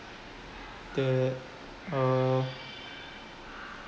the uh